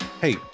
hey